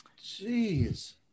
Jeez